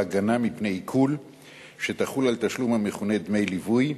הגנה מפני עיקול שתחול על תשלום המכונה "דמי ליווי",